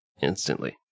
instantly